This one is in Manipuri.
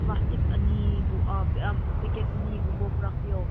ꯄ꯭ꯂꯥꯁꯇꯤꯛ ꯑꯅꯤꯕꯨ ꯄꯦꯛꯀꯦꯠ ꯑꯅꯤꯒꯨꯝꯕ ꯄꯨꯔꯛꯄꯤꯌꯣ